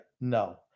no